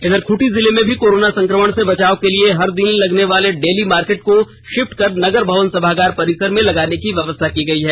इधर खूंटी जिले में भी कोरोना संकमण से बचाव के लिए हर दिन लगने वाले डेली मार्केट को षिफ्ट कर नगर भवन सभागार परिसर में लगाने की व्यवस्था की गयी है